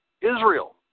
Israel